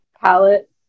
Palette